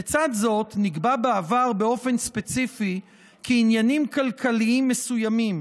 לצד זאת נקבע בעבר באופן ספציפי כי עניינים כלכליים מסוימים,